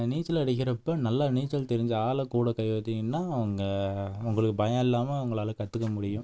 நீச்சல் அடிக்கிறப்போ நல்லா நீச்சல் தெரிஞ்ச ஆள கூட கையை வச்சீங்கன்னா உங்கள் உங்களுக்கு பயம் இல்லாமல் உங்களால் கற்றுக்க முடியும்